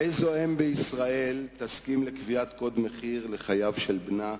איזו אם בישראל תסכים לקביעת קוד מחיר לחייו של בנה?